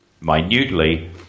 minutely